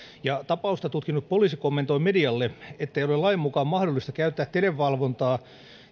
ja tapausta tutkinut poliisi kommentoi medialle ettei ole lain mukaan mahdollista käyttää televalvontaa